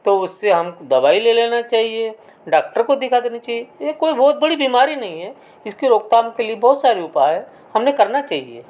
तो उससे हम दवाई ले लेना चाहिए डॉक्टर को दिखा देना चाहिए यह कोई बहुत बड़ी बीमारी नहीं है इसकी रोकथाम के लिए बहुत सारे उपाय हैं हमने करना चाहिए